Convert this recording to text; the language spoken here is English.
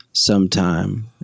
Sometime